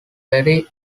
very